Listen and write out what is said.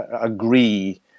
agree